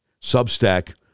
substack